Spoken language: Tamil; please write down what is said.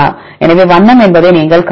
எனவே வண்ணம் என்பதை நீங்கள் காணலாம்